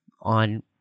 on